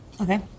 Okay